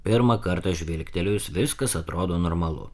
pirmą kartą žvilgtelėjus viskas atrodo normalu